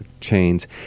chains